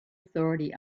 authority